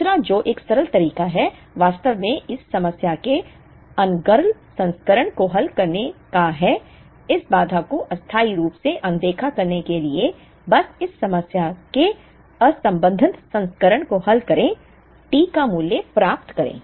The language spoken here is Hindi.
दूसरा जो एक सरल तरीका है वास्तव में इस समस्या के अनर्गल संस्करण को हल करना है इस बाधा को अस्थायी रूप से अनदेखा करने के लिए बस इस समस्या के असंबद्ध संस्करण को हल करें T का मूल्य प्राप्त करें